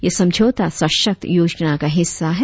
यह समझौता सशक्त योजना का हिस्सा है